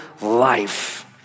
life